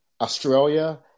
Australia